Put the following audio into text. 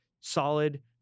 solid